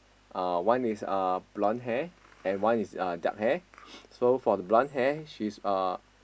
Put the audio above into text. uh one is uh blonde hair and one is uh dark hair so for the blonde hair she's uh